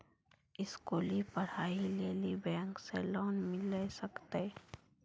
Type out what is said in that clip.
स्कूली पढ़ाई लेली बैंक से लोन मिले सकते?